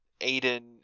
Aiden